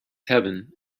heaven